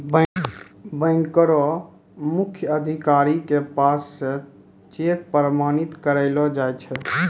बैंको र मुख्य अधिकारी के पास स चेक प्रमाणित करैलो जाय छै